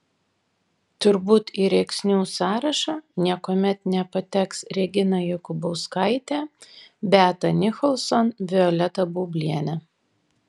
turbūt į rėksnių sąrašą niekuomet nepateks regina jokubauskaitė beata nicholson violeta baublienė